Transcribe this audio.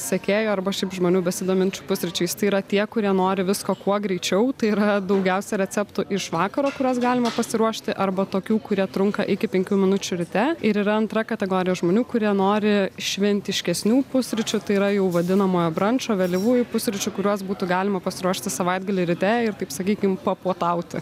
sekėjų arba šiaip žmonių besidominčių pusryčiais tai yra tie kurie nori visko kuo greičiau tai yra daugiausia receptų iš vakaro kuriuos galima pasiruošti arba tokių kurie trunka iki penkių minučių ryte ir yra antra kategorija žmonių kurie nori šventiškesnių pusryčių tai yra jau vadinamojo brančo vėlyvųjų pusryčių kuriuos būtų galima pasiruošti savaitgalį ryte ir taip sakykim papuotauti